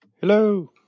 Hello